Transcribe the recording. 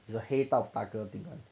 the 黑道大哥 thing lah